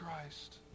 Christ